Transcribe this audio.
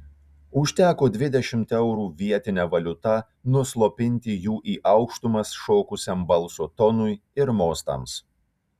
užteko dvidešimt eurų vietine valiuta nuslopinti jų į aukštumas šokusiam balso tonui ir mostams